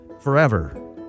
Forever